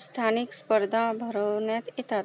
स्थानिक स्पर्धा भरवण्यात येतात